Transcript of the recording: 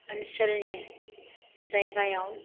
ओनसोलनि जायगायाव